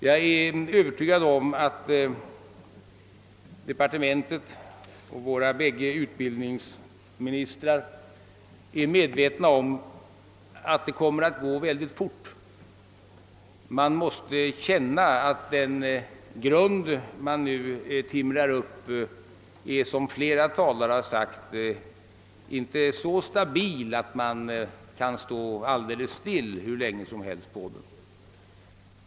Jag är övertygad om att departementet och våra bägge utbildningsministrar är medvetna om att det kommer att gå mycket fort. Man måste känna att den grund man nu timrar upp, såsom flera talare har sagt, inte är så stabil att man kan stå alldeles stilla hur länge som helst på den.